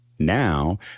Now